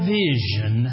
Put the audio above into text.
vision